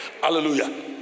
Hallelujah